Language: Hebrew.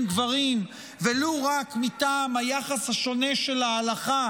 גברים ולו רק מטעם היחס השונה של ההלכה